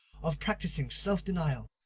of practising self-denial,